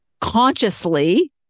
consciously